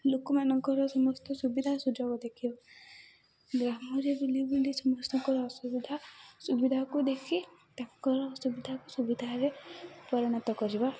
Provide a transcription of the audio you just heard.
ଲୋକମାନଙ୍କର ସମସ୍ତ ସୁବିଧା ସୁଯୋଗ ଦେଖିବା ଗ୍ରାମରେ ବୁଲି ବୁଲି ସମସ୍ତଙ୍କର ଅସୁବିଧା ସୁବିଧାକୁ ଦେଖି ତାଙ୍କର ଅସୁବିଧା ସୁବିଧାରେ ପରିଣତ କରିବା